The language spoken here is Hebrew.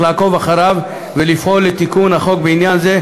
לעקוב אחריו ולפעול לתיקון החוק בעניין זה,